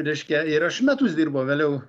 reiškia ir aš metus dirbau vėliau